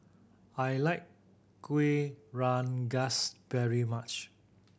I like Kuih Rengas very much